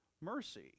mercy